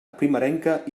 primerenca